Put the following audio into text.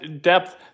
depth